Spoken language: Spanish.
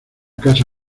casa